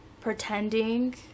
pretending